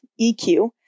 EQ